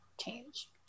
change